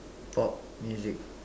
pop music